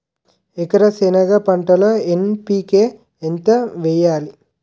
ఎకర సెనగ పంటలో ఎన్.పి.కె ఎంత వేయాలి?